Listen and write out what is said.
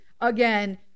Again